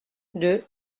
deux